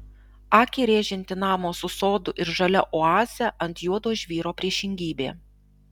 akį rėžianti namo su sodu ir žalia oaze ant juodo žvyro priešingybė